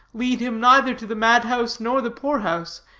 lead him neither to the mad-house nor the poor-house,